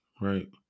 right